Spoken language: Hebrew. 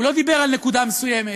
הוא לא דיבר על נקודה מסוימת,